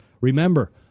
Remember